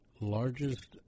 largest